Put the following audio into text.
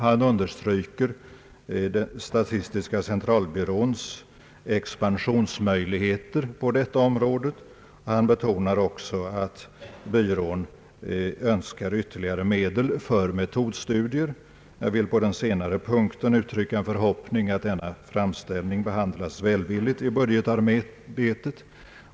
Han understryker statistiska centralbyråns expansionsmöjligheter på det här fältet. Han betonar också att byrån önskar ytterligare medel för metodstudier. Jag vill på den senare punkten uttrycka en förhoppning att denna framställning behandlas välvilligt i budgetarbetet.